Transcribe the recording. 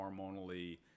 hormonally